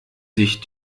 sich